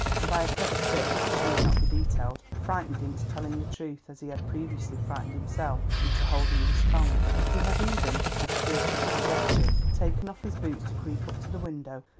and by a clever trick, which need not be detailed, frightened into telling the truth, as he had previously frightened himself into holding his tongue. he had even, as beatrice conjectured, taken off his boots to creep up to the window,